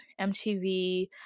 MTV